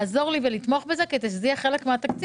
לעזור לו ולתמוך בזה כדי שזה יהיה חלק מהתקציב.